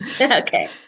Okay